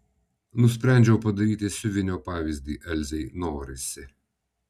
nusprendžiau padaryti siuvinio pavyzdį elzei norisi